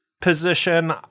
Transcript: position